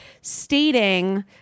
stating